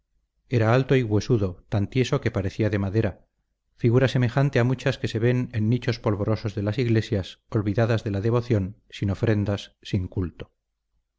era alto y huesudo tan tieso que parecía de madera figura semejante a muchas que se ven en nichos polvorosos de las iglesias olvidadas de la devoción sin ofrendas sin culto